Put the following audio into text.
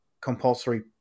compulsory